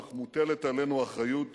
אך מוטלת עלינו אחריות